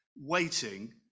waiting